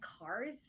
cars